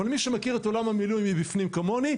אבל מי שמכיר את עולם המילואים מבפנים כמוני,